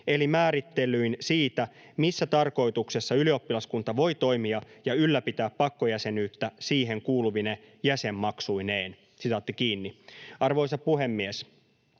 eli määrittelyin siitä, missä tarkoituksessa ylioppilaskunta voi toimia ja ylläpitää pakkojäsenyyttä siihen kuuluvine jäsenmaksuineen.” Arvoisa puhemies!